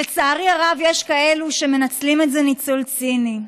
לצערי הרב, יש כאלה שמנצלים את זה ניצול ציני.